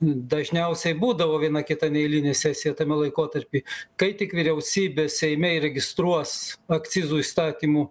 dažniausiai būdavo viena kita neeilinė sesija tame laikotarpy kai tik vyriausybė seime įregistruos akcizų įstatymų